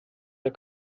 der